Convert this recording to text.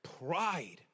Pride